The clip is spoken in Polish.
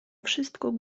wszystko